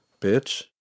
bitch